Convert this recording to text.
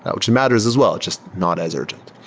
which matters as well. it's just not as urgent.